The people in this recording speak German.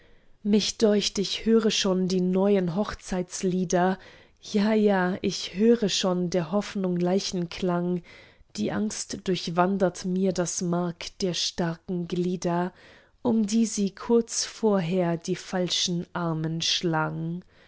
mich deucht ich höre schon die neuen hochzeitlieder ja ja ich höre schon der hoffnung leichenklang die angst durchwandert mir das mark der starken glieder um die sie kurz vorher die falschen armen schlang